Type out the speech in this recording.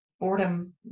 boredom